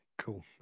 Cool